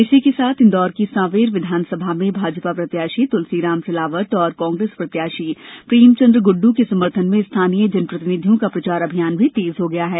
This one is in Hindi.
इसी के साथ इंदौर की सांवेर विधानसभा में भाजपा प्रत्याषी तुलसीराम सिलावट और कांग्रेस प्रत्याषी प्रेमचंद गुड्डू के समर्थन में स्थानीय जनप्रतिनिधियों का प्रचार अभियान भी तेज हो गया है